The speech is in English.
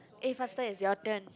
eh faster it's your turn